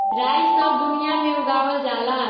राई सब दुनिया में उगावल जाला